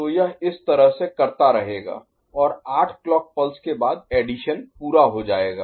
तो यह इस तरह से करता रहेगा और आठ क्लॉक पल्स के बाद एडिशन पूरा हो जाएगा